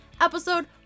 episode